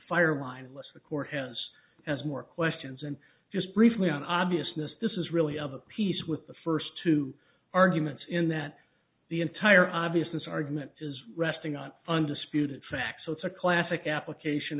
fire wine list the court has has more questions and just briefly on obviousness this is really of a piece with the first two arguments in that the entire obviousness argument is resting on undisputed facts so it's a classic application